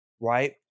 Right